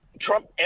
Trump